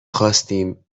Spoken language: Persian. خواستیم